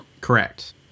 Correct